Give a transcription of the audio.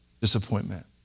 disappointment